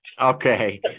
Okay